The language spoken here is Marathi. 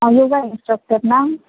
हा योगा इन्स्ट्रक्टर ना